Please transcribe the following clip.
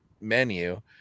menu